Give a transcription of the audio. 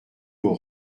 aux